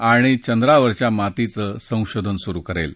आणि चंद्रावरच्या मांतीचं संशोधन सुरु करेल